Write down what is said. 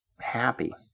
happy